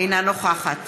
אינה נוכחת